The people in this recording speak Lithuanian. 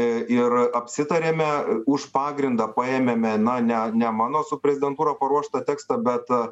i ir apsitarėme už pagrindą paėmėme na ne ne mano su prezidentūra paruoštą tekstą bet